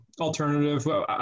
alternative